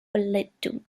belitung